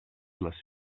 les